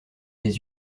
des